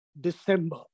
December